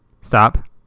stop